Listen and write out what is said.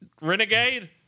renegade